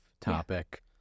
topic